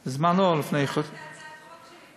בזמנו, לפני, את הצעת החוק שלי,